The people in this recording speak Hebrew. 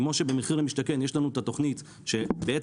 כמו שבמחיר למשתכן יש לנו את התוכנית שבעצם